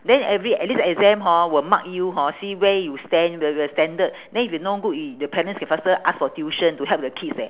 then every at least exam hor will mark you hor see where you stand where the standard then if you no good y~ the parents can faster ask for tuition to help the kids leh